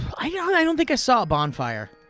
i don't think i saw a bonfire.